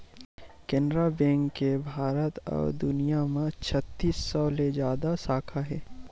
Canara bank के भारत अउ दुनिया म छत्तीस सौ ले जादा साखा हे